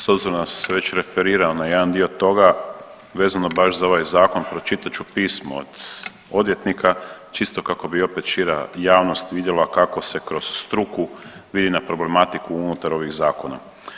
S obzirom da sam se već referirao na jedan dio toga vezano baš za ovaj zakon pročitat ću pismo od odvjetnika čisto kako bi opet šira javnost vidjela kako se kroz struku vidi na problematiku unutar ovih zakona.